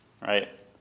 right